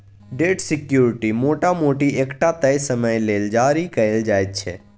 date security मोटा मोटी एकटा तय समय लेल जारी कएल जाइत छै